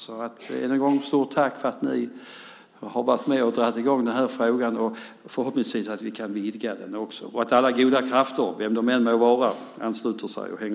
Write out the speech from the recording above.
Än en gång stort tack för att ni har varit med och dragit i gång den här frågan! Förhoppningsvis kan vi också vidga den, och jag hoppas att alla goda krafter - vilka de än må vara - ansluter sig.